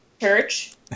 church